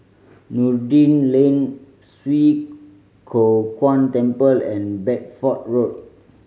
Noordin Lane Swee Kow Kuan Temple and Bedford Road